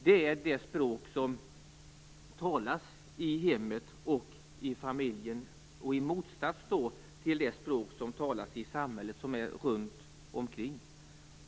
Hemspråk är det språk som talas i hemmet, i familjen - i motsats till det språk som talas i samhället runt omkring.